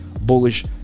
bullish